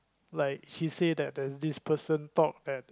like she say that there's this person talk at